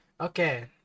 Okay